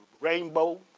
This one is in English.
rainbow